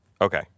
Okay